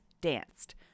danced